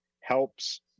helps